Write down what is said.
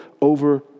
over